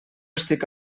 estic